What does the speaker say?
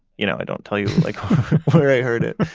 you know i don't tell you like where i heard it.